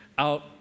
out